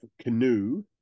Canoe